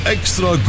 Extra